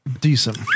decent